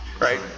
Right